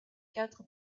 quatre